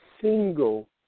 single